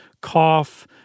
cough